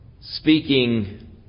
speaking